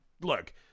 Look